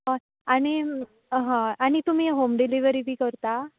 हय आनी तुमी होम डिलीवरी बी करता